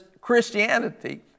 Christianity